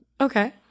Okay